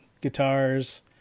guitars